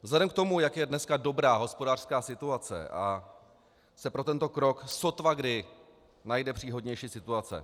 Vzhledem k tomu, jak je dneska dobrá hospodářská situace, se pro tento krok sotvakdy najde příhodnější situace.